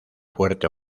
fuerte